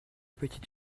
petite